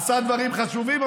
עשה דברים חשובים,